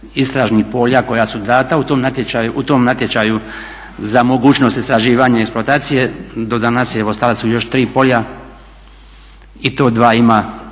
istražnih polja koja su dana u tom natječaju, u tom natječaju za mogućnost istraživanja i eksploatacije do danas su ostala još 3 polja i to 2 ima